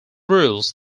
rules